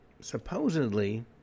Supposedly